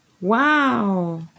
wow